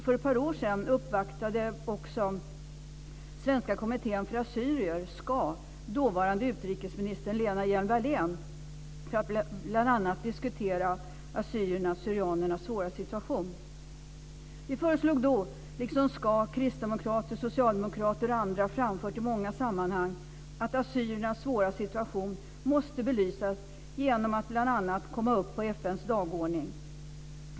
För ett par år sedan uppvaktade också Svenska kommittén för assyrier - SKA - dåvarande utrikesminister Lena Hjelm-Wallén för att bl.a. diskutera assyrier/syrianernas svåra situation. Vi föreslog då, liksom SKA, kristdemokrater, socialdemokrater och andra har framfört i många sammanhang, att assyriernas svåra situation måste belysas bl.a. genom att frågan kommer upp på FN:s dagordning.